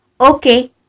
Okay